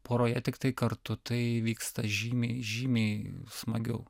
poroje tiktai kartu tai įvyksta žymiai žymiai smagiau